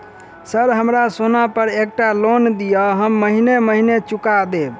Sir हमरा सोना पर एकटा लोन दिऽ हम महीने महीने चुका देब?